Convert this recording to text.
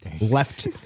left